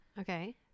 okay